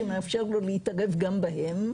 שמאפשר לו להתערב גם בהם,